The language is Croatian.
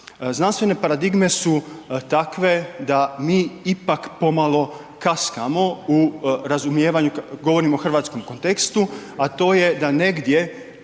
Znanstvene paradigme su takve da mi ipak pomalo kaskamo u razumijevanju kad govorimo u hrvatskom kontekstu, a to je da negdje